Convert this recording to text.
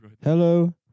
Hello